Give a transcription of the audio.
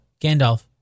Gandalf